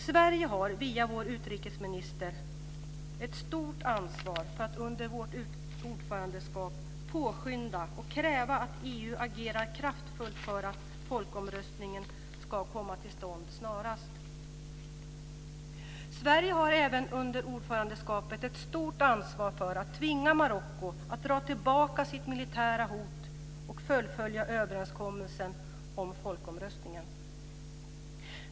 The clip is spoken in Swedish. Sverige har via vår utrikesminister ett stort ansvar för att under vårt ordförandeskap påskynda och kräva att EU agerar kraftfullt för att folkomröstningen ska komma till stånd snarast. Sverige har även under ordförandeskapet ett stort ansvar för att tvinga Marocko att dra tillbaka sitt militära hot och fullfölja överenskommelsen om folkomröstningen.